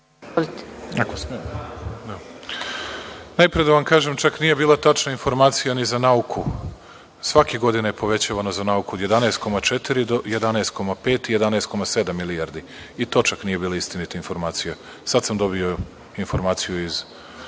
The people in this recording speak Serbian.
Najpre da vam kažem, čak nije bila tačna informacija ni za nauku. Svake godine je povećavana za nauku od 11,4 do 11,5 i 11,7 milijardi. I to čak nije bila istinita informacija. Sad sam dobio informaciju iz